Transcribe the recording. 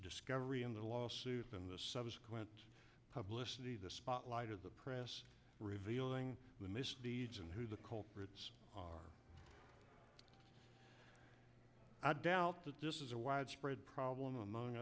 discovery and the lawsuit and the subsequent published of the the spotlight of the press revealing the misdeeds and who the culprits are i doubt that this is a widespread problem among